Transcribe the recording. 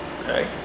Okay